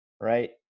right